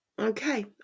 Okay